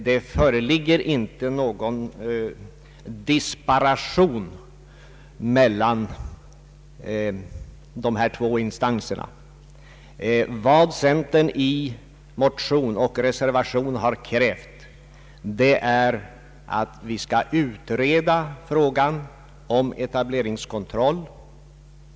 Det föreligger inte någon disparation mellan dessa två instanser. Vad centern i motion och reservation har krävt är att vi skall utreda frågan om etableringskontroll.